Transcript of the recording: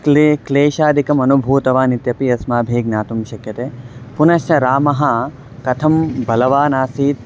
क्लेशं क्लेशादिकम् अनुभूतवान् इत्यपि अस्माभिः ज्ञातुं शक्यते पुनश्च रामः कथं बलवानासीत्